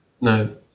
No